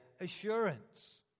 assurance